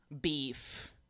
beef